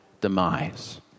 demise